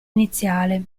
iniziale